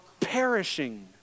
perishing